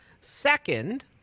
Second